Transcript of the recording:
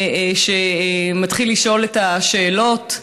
שמתחיל לשאול את השאלות,